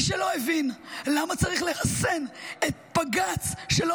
מי שלא הבין למה צריך לרסן את בג"ץ שלא